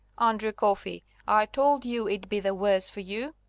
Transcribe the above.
andrew coffey! i told you it'd be the worse for you.